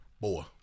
Boy